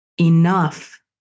enough